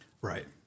Right